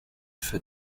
für